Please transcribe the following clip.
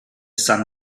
sun